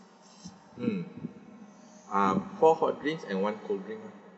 mm ah four hot drinks and one cold drink